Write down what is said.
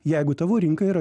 jeigu tavo rinka yra